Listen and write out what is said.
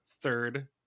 third